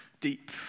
deep